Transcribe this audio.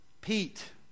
Pete